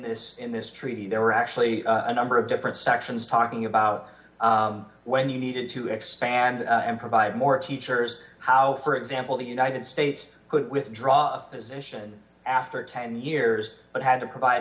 this in this treaty there were actually a number of different sections talking about when you needed to expand and provide more teachers how for example the united states could withdraw a physician after ten years but had to provide